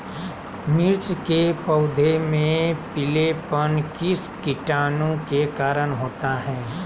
मिर्च के पौधे में पिलेपन किस कीटाणु के कारण होता है?